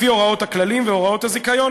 לפי הוראות הכללים והוראות הזיכיון,